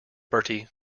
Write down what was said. bertie